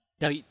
now